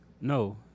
No